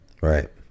Right